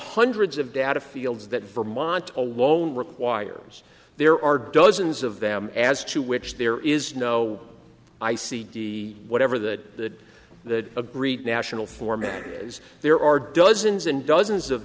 hundreds of data fields that vermont alone requires there are dozens of them as to which there is no i c d whatever that the agreed national format is there are dozens and dozens of